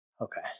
okay